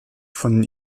von